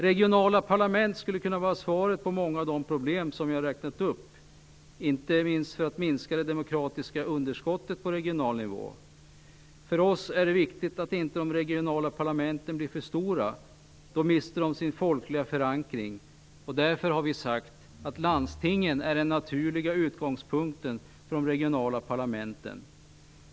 Regionala parlament skulle kunna vara lösningen på många av de problem som jag har räknat upp, inte minst för att minska det demokratiska underskottet på regional nivå. För oss är det viktigt att de regionala parlamenten inte blir för stora. Då mister de sin folkliga förankring. Därför har vi sagt att landstingen är den naturliga utgångspunkten för de regionala parlamenten.